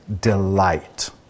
delight